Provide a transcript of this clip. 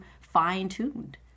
fine-tuned